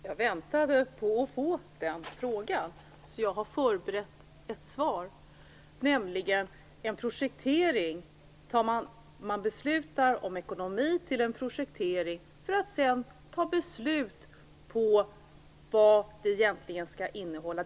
Fru talman! Jag väntade på att få den frågan, så jag har förberett ett svar, nämligen en projektering. Man beslutar om ekonomi till en projektering för att sedan fatta beslut om vad den egentligen skall innehålla.